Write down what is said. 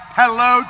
hello